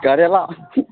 करैला